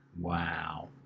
Wow